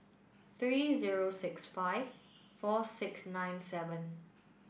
three zero six five four six nine seven